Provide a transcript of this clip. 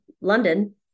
London